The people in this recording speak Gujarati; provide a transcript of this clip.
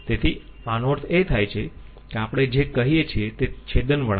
તેથી આનો અર્થ એ થાય છે કે આપણે જે કહીએ છીએ તે છેદન વળાંક છે